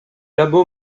labo